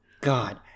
god